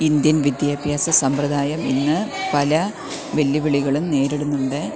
Indian വിദ്യാഭ്യാസ സമ്പ്രദായം ഇന്ന് പല വെല്ലുവിളികളും നേരിടുന്നുണ്ട്